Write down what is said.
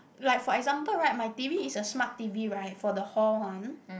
like for example right my T_V is a smart T_V right for the hall one